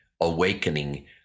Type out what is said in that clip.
awakening